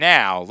now